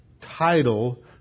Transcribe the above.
Title